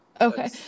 okay